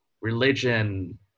religion